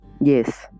Yes